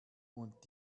und